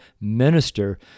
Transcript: minister